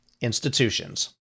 institutions